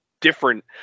different